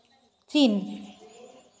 ᱪᱤᱱ